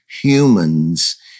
humans